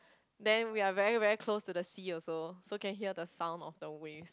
then we are very very close to the sea also so can hear the sound of the wave